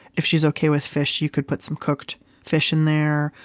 if she's okay with fish, you could put some cooked fish in there.